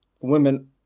women